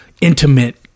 intimate